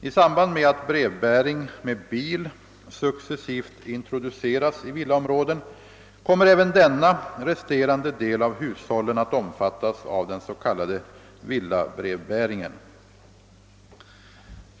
I samband med att brevbäring med bil successivt introduceras i villaområden, kommer även denna resterande del av hushållen att omfattas av den s.k. villabrevbäringen.